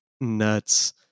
nuts